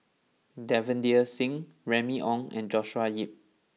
Davinder Singh Remy Ong and Joshua Ip